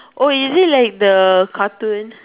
oh is it like the cartoon